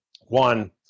One